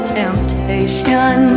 temptation